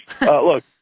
Look